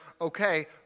okay